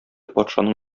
патшаның